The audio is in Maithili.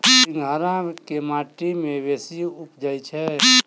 सिंघाड़ा केँ माटि मे बेसी उबजई छै?